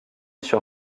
sur